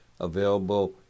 available